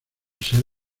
ser